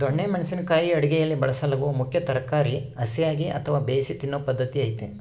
ದೊಣ್ಣೆ ಮೆಣಸಿನ ಕಾಯಿ ಅಡುಗೆಯಲ್ಲಿ ಬಳಸಲಾಗುವ ಮುಖ್ಯ ತರಕಾರಿ ಹಸಿಯಾಗಿ ಅಥವಾ ಬೇಯಿಸಿ ತಿನ್ನೂ ಪದ್ಧತಿ ಐತೆ